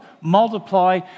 multiply